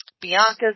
Bianca's